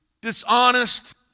dishonest